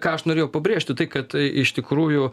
ką aš norėjau pabrėžti tai kad iš tikrųjų